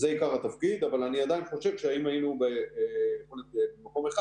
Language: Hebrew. זה עיקר התפקיד אבל אני עדיין חושב שאם היינו במקום אחד,